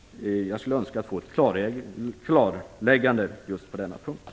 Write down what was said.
Jag skulle vilja ha ett klarläggande på den punkten.